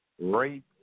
rape